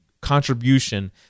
contribution